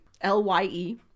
L-Y-E